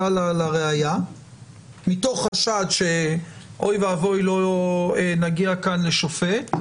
לה על ראיה מתוך חשד שאוי ואבוי לא נגיע כאן לשופט.